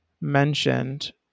mentioned